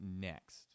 next